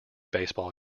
baseball